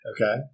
Okay